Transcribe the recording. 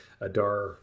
Adar